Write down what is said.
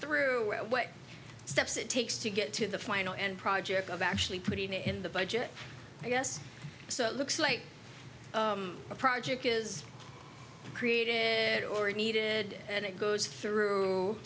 throughout what steps it takes to get to the final and project of actually putting it in the budget i guess so it looks like a project is created or needed and it goes through